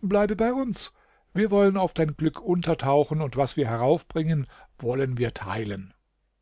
bleibe bei uns wir wollen auf dein glück untertauchen und was wir heraufbringen wollen wir teilen